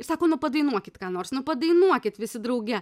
ir sako nu padainuokit ką nors nu padainuokit visi drauge